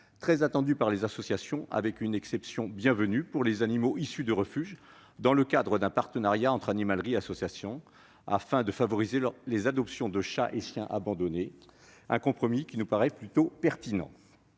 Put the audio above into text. très attendue par les associations, avec une exception bienvenue pour les animaux issus des refuges, dans le cadre d'un partenariat entre animaleries et associations, afin de favoriser les adoptions de chats et chiens abandonnés. Ce compromis nous paraît plutôt pertinent.